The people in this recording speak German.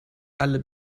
alle